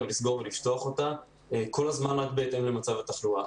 ולסגור ולפתוח אותה כל הזמן רק בהתאם למצב התחלואה.